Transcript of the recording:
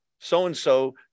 so-and-so